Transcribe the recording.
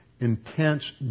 intense